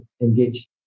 engaged